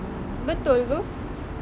betul tu